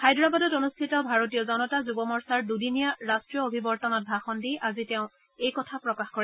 হায়দৰাবাদত অনুষ্ঠিত ভাৰতীয় জনতা যুৱ মৰ্চাৰ দুদিনীয়া ৰাষ্টীয় অভিৱৰ্তনত ভাষণ দি আজি তেওঁ এইদৰে প্ৰকাশ কৰে